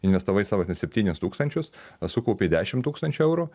investavai savo ten septynis tūkstančius sukaupei dešimt tūkstančių eurų